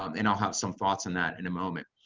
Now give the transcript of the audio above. um and i'll have some thoughts on that in a moment.